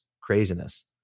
craziness